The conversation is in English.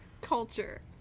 culture